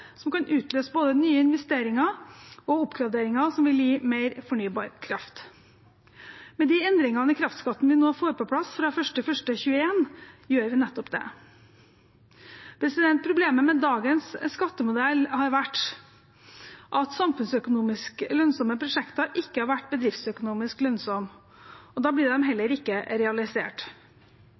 som kan utløse både nye investeringer og oppgraderinger som vil gi mer fornybar kraft. Med de endringene i kraftskatten vi nå får på plass fra 1. januar 2021, gjør vi nettopp det. Problemet med dagens skattemodell har vært at samfunnsøkonomisk lønnsomme prosjekter ikke har vært bedriftsøkonomisk lønnsomme, og da blir de heller ikke realisert.